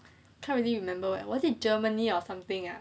can't really remember eh was it germany or something ah